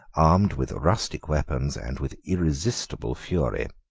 armed with rustic weapons, and with irresistible fury.